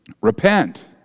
Repent